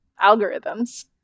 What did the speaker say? algorithms